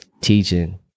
teaching